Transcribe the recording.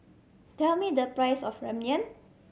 tell me the price of Ramyeon